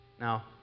Now